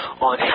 on